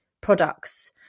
products